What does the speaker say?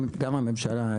גם הממשלה,